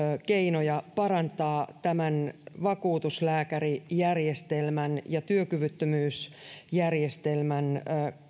keinoja parantaa vakuutuslääkärijärjestelmän ja työkyvyttömyysjärjestelmän